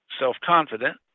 self-confident